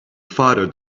fighter